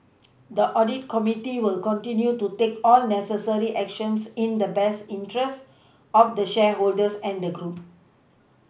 the audit committee will continue to take all necessary actions in the best interests of the shareholders and the group